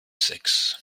sechs